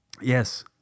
Yes